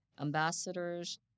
Ambassadors